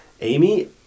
Amy